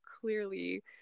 clearly